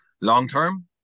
long-term